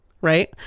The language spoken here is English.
right